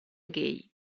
gay